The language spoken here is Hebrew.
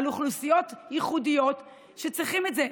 על אוכלוסיות ייחודיות שצריכים את זה.